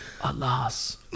Alas